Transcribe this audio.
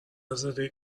زاده